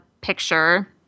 picture